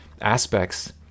aspects